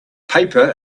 paper